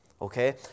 okay